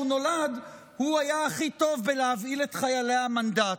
נולד הוא היה הכי טוב בלהבהיל את חיילי המנדט,